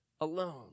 alone